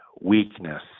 weakness